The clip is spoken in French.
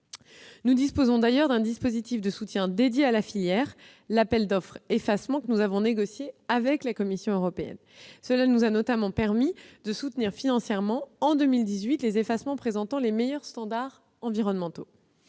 Nous disposons d'ailleurs d'un dispositif de soutien dédié à la filière, l'appel d'offres effacement, que nous avons négocié avec la Commission européenne. Cela nous a notamment permis, en 2018, de soutenir financièrement les effacements présentant les meilleurs standards environnementaux.